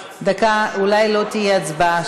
דקה, אולי לא תהיה הצבעה.